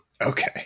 Okay